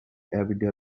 everyday